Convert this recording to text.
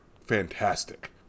fantastic